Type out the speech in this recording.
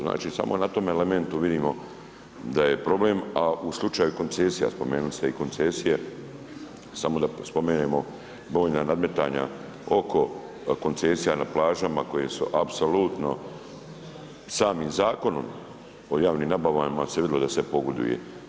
Znači samo na tome elementu vidimo da je problem a u slučaju koncesija, spomenuli ste i koncesije, samo da spominjemo, brojna nadmetanja oko koncesija na plažama koje su apsolutno samim zakonom o javnim nabavama se vidjelo da se pogoduje.